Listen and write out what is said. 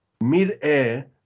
mid-air